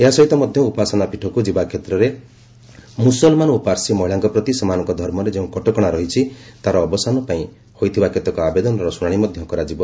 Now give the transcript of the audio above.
ଏହା ସହିତ ମଧ୍ୟ ଉପାସନା ପୀଠକୁ ଯିବା କ୍ଷେତ୍ରରେ ମୁସଲମାନ ଓ ପାର୍ସୀ ମହିଳାଙ୍କ ପ୍ରତି ସେମାନଙ୍କ ଧର୍ମରେ ଯେଉଁ କଟକଣା ରହିଛି ତାହାର ଅବସାନ ପାଇଁ ହୋଇଥିବା କେତେକ ଆବେଦନର ଶୁଣାଣି ମଧ୍ୟ କରାଯିବ